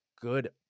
good